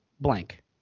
blank